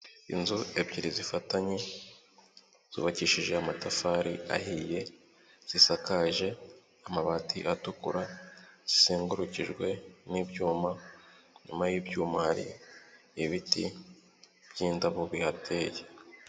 Inzu ebyiri zifatanye, zubakishije amatafari ahiye, zisakaje amabati atukura, zizengurukijwe n'ibyuma, inyuma y'ibyuma hari ibiti by'indabo bihateye.